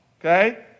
Okay